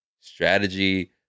strategy